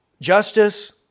Justice